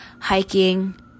Hiking